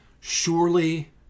Surely